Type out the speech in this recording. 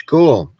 Cool